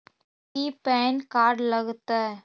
की PAN card लग तै?